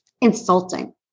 insulting